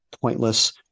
pointless